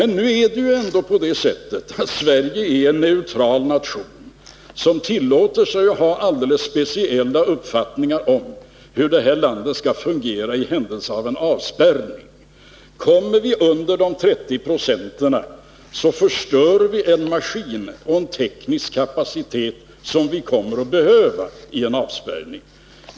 Nu är det ändå på det sättet att Sverige är en neutral nation, som tillåter sig att ha alldeles speciella uppfattningar om hur det här landet skall fungera i händelse av en avspärrning. Kommer vi under de 30 procenten i tekoproduktion, så förstör vi en maskinkapacitet och en teknisk kapacitet som vi kommer att behöva ha i en avspärrning.